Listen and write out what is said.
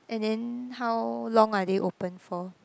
and then how long are they open for